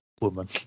Woman